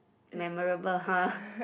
memorable !huh!